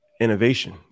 innovation